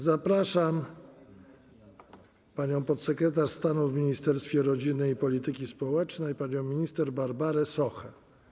Zapraszam podsekretarz stanu w Ministerstwie Rodziny i Polityki Społecznej panią minister Barbarę Sochę.